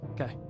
Okay